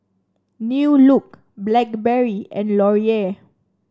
New Look Blackberry and Laurier